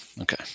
Okay